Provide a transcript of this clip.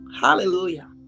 Hallelujah